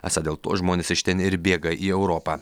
esą dėl to žmonės iš ten ir bėga į europą